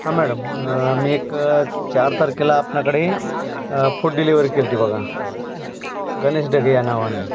हां मॅडम मी एक चार तारखेला आपणकडे फूड डिलिवरी केली होती बघा गनेश ढगे या नावाने